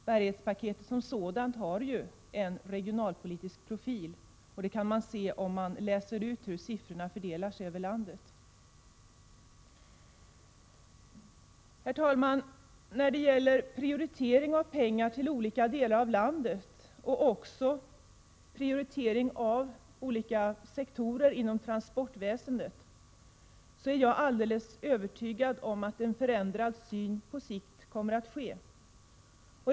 Bärighetspaketet har en regionalpolitisk profil, vilket man kan utläsa av siffrornas fördelning över landet. Herr talman! Jag är övertygad om att en förändring i synen på vad som skall prioriteras vid fördelningen av pengar till olika delar av landet och mellan olika sektorer inom transportväsendet på sikt kommer att äga rum.